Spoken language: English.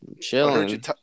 chilling